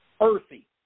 earthy